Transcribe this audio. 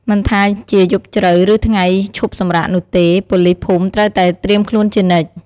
មិនថាជាយប់ជ្រៅ ឬថ្ងៃឈប់សម្រាកនោះទេ ប៉ូលីសភូមិត្រូវតែត្រៀមខ្លួនជានិច្ច។